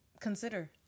Consider